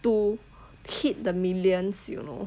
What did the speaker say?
to hit the millions you know